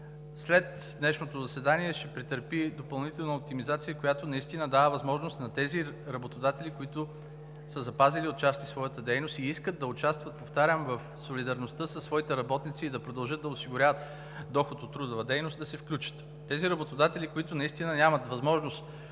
След днешното заседание ще претърпи допълнителна оптимизация, която наистина дава възможност на тези работодатели, които са запазили отчасти своята дейност и искат да участват, повтарям, в солидарността със своите работници и да продължат да осигуряват доход от трудова дейност, да се включат. Тези работодатели, които наистина нямат възможност